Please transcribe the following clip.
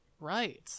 Right